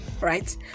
Right